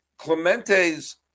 Clemente's